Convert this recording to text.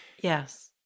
Yes